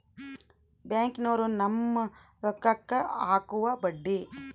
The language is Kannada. ಬ್ಯಾಂಕ್ನೋರು ನಮ್ಮ್ ರೋಕಾಕ್ಕ ಅಕುವ ಬಡ್ಡಿ